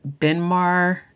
Benmar